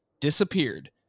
disappeared